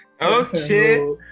Okay